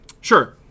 Sure